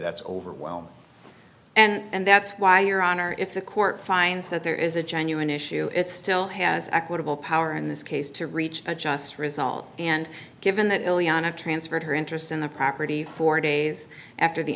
that's overwhelming and that's why your honor if the court finds that there is a genuine issue it still has equitable power in this case to reach a just result and given that ileana transferred her interest in the property four days after the